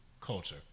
culture